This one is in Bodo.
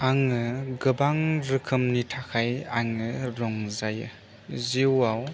आङो गोबां रोखोमनि थाखाय आङो रंजायो जिउआव